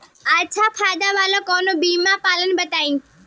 अच्छा फायदा वाला कवनो बीमा पलान बताईं?